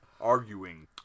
Arguing